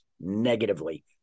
negatively